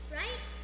right